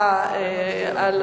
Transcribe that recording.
תודה רבה.